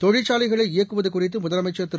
தொழிற்சாலைகளை இயக்குவது குறித்து முதலமைச்ச் திரு